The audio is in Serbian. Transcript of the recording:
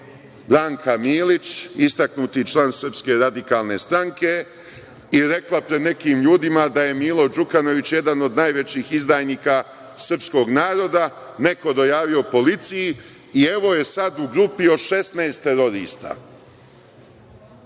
Branka Milić, istaknuti član SRS i rekla pred nekim ljudima da je Milo Đukanović jedan od najvećih izdajnika srpskog naroda, neko dojavio policiji i evo je sad u grupi od 16 terorista.